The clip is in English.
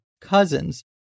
cousins